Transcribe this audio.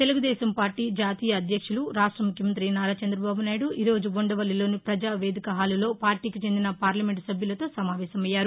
Telugu Desam party జాతీయ అధ్యక్షులు రాష్ట ముఖ్యమంత్రి నారా చందబాబునాయుడు ఈ రోజు ఉండవల్లిలోని ప్రజావేదిక హాల్లో పార్టీకి చెందిన పార్లమెంటు సభ్యులతో సమావేశమయ్యారు